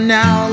now